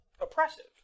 oppressive